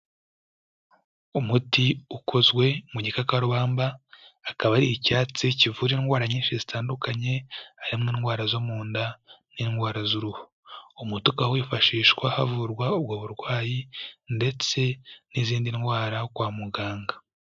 Umuti ukozwe mu gikakarubamba, akaba ari icyatsi kivura indwara nyinshi zitandukanye, harimo indwara zo mu nda n'indwara z'uruhu. Umuti ukaba wifashishwa havurwa ubwo burwayi ndetse n'izindi ndwara kwa muganga.